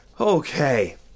Okay